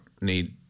need